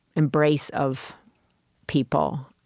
embrace of people.